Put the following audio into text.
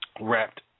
wrapped